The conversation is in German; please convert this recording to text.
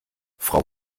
frau